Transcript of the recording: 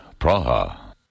Praha